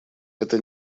это